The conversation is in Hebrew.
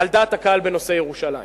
על דעת הקהל בנושא ירושלים?